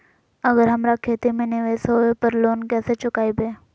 अगर हमरा खेती में निवेस होवे पर लोन कैसे चुकाइबे?